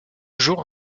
jour